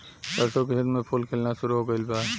सरसों के खेत में फूल खिलना शुरू हो गइल बा